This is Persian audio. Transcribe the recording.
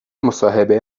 مصاحبه